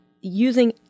using